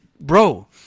Bro